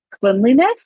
cleanliness